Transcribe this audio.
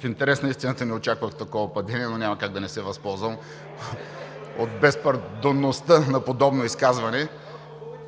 В интерес на истината не очаквах такова падение, но няма как да не се възползвам от безпардонността на подобно изказване.